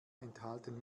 enthalten